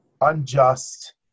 unjust